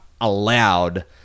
allowed